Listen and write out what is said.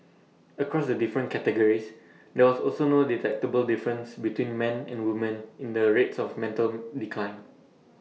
across the different categories there was also no detectable difference between men and women in the rates of mental decline